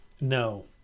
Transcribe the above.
no